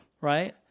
right